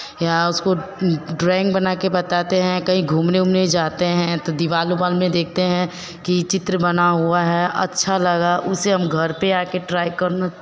या उसको ड्राइंग बना के बताते हैं कहीं घूमने उमने जाते हैं तो दीवार उबार में देखते हैं कि चित्र बना हुआ है अच्छा लगा उसे हम घर पे आके ट्राई करने